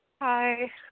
Hi